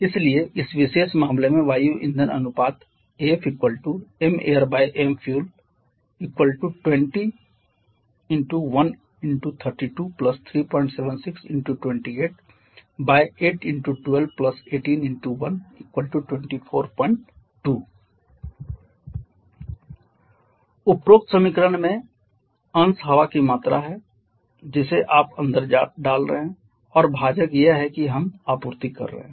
इसलिए इस विशेष मामले में वायु ईंधन अनुपात AFmairmfuel2013237628812181242 उपरोक्त समीकरण में अंश हवा की मात्रा है जिसे आप अंदर डाल रहे हैं और भाजक यह है कि हम आपूर्ति कर रहे हैं